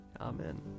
Amen